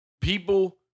People